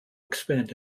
expand